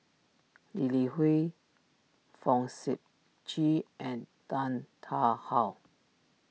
Lee Li Hui Fong Sip Chee and Tan Tarn How